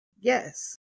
yes